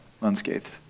unscathed